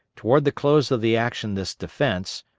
toward the close of the action this defence,